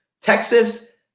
Texas